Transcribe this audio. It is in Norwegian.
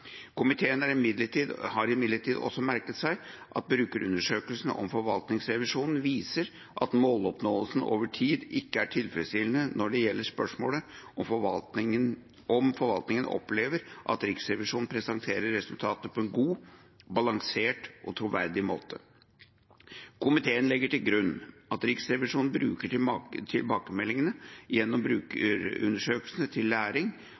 Komiteen har imidlertid også merket seg at brukerundersøkelsen om forvaltningsrevisjonen viser at måloppnåelsen over tid ikke er tilfredsstillende når det gjelder spørsmålet om hvorvidt forvaltningen opplever at Riksrevisjonen presenterer resultatene på en god, balansert og troverdig måte. Komiteen legger til grunn at Riksrevisjonen bruker tilbakemeldingene gjennom brukerundersøkelsene til læring